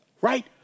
Right